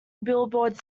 billboard